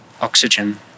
oxygen